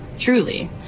truly